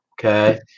okay